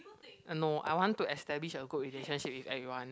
uh no I want to establish a good relationship with everyone